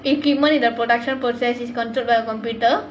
equipment in the production process is controlled by a computer